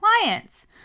clients